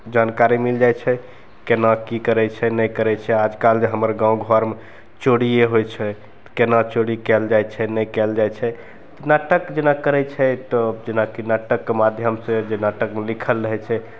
जानकारी मिल जाइ छै केना की करय छै नहि करय छै आजकल जे हमर गाँव घरमे चोरिये होइ छै तऽ केना चोरी कयल जाइ छै नहि कयल जाइ छै तऽ नाटक जेना करय छै तऽ जेनाकि नाटकके माध्यमसँ जे नाटकमे लिखल रहय छै